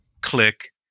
click